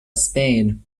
spain